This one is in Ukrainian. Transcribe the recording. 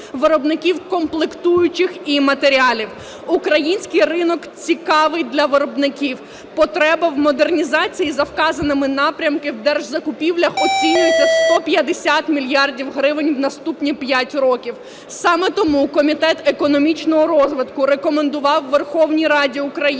комплектуючих і матеріалів. Український ринок цікавий для виробників, потреба в модернізації за вказаними напрямками в держзакупівлях оцінюється в 150 мільярдів гривень в наступні 5 років. Саме тому Комітет економічного розвитку рекомендував Верховній Раді України